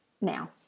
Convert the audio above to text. now